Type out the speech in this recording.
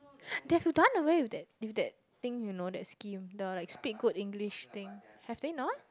they have to done away with that with that thing you know that scheme the like speak good English thing have they not